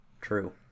True